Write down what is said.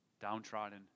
downtrodden